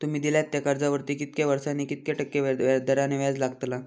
तुमि दिल्यात त्या कर्जावरती कितक्या वर्सानी कितक्या टक्के दराने व्याज लागतला?